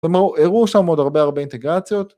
הראו שם עוד הרבה הרבה אינטגרציות